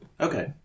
okay